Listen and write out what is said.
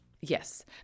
Yes